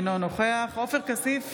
אינו נוכח עופר כסיף,